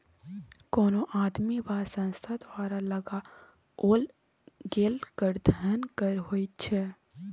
कोनो आदमी वा संस्था द्वारा लगाओल गेल कर धन कर होइत छै